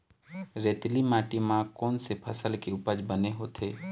रेतीली माटी म कोन से फसल के उपज बने होथे?